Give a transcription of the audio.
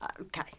Okay